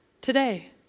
today